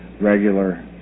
regular